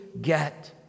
get